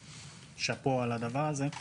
שאפו על הדבר הזה.